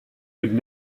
would